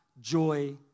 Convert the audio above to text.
joy